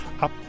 up